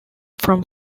from